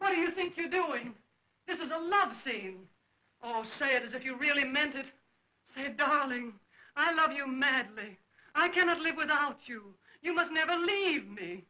what do you think you doing this is i'm not saying all say as if you really meant to say darling i love you man i cannot live without you you must never leave me